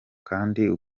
kandi